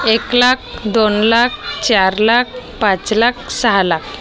एक लाख दोन लाख चार लाख पाच लाख सहा लाख